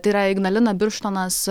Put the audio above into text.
tai yra ignalina birštonas